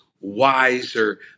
wiser